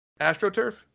AstroTurf